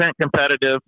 competitive